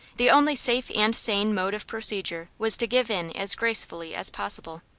the only safe and sane mode of procedure was to give in as gracefully as possible.